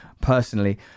personally